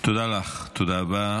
תודה לך, תודה רבה.